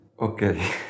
Okay